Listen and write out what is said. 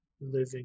living